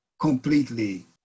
completely